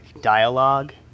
dialogue